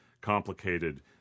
complicated